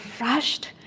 rushed